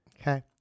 Okay